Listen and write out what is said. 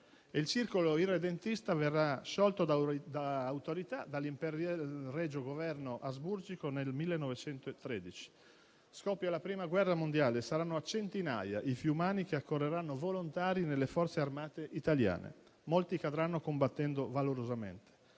il circolo irredentista verrà sciolto da autorità del Regio governo asburgico nel 1913. Scoppia la Prima guerra mondiale; saranno centinaia i fiumani che accorreranno volontari nelle Forze armate italiane. Molti cadranno combattendo valorosamente.